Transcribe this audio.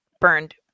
burned